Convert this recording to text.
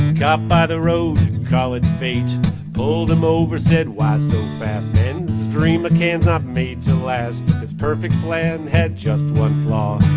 cop by the road call it fate pulled him over, said, why so fast? man's dream of ah cans not made to last. this perfect plan had just one flaw.